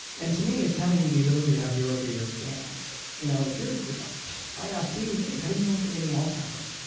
and to me, it's having the ability to have year-over-year scans. you know if if i if i asked you, dave, how do you know if you're getting alzheimer's?